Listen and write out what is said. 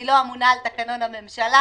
אני לא אמונה על תקנון הממשלה.